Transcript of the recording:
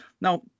Now